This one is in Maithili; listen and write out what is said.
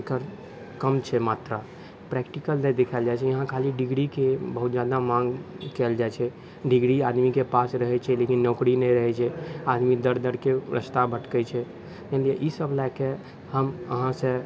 एकर कम छै मात्रा प्रैक्टिकल नहि देखल जाइ छै यहाँ खाली डिग्रीके बहुत ज्यादा माँग कएल जाइ छै डिग्री आदमीके पास रहै छै लेकिन नौकरी नहि रहै छै आदमी दर दरके रस्ता भटकै छै जानलिए ईसब लऽ कऽ हम अहाँसँ